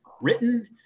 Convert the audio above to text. written